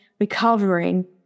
recovering